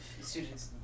students